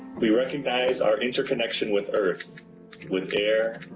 we recognize our interconnection with earth with air,